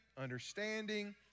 understanding